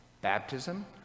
Baptism